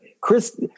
Chris